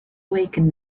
awaken